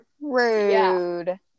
rude